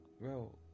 Bro